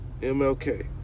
MLK